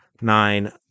nine